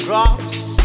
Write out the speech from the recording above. drops